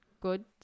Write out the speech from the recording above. good